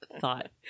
thought